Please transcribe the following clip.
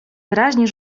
wyraźnie